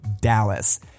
Dallas